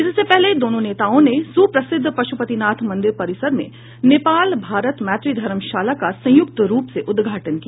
इससे पहले दोनों नेताओं ने सुप्रसिद्ध पशुपतिनाथ मंदिर परिसर में नेपाल भारत मैत्री धर्मशाला का संयुक्त रूप से उदघाटन किया